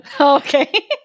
Okay